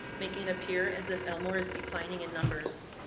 making it appear as if elmore is declining in numbers,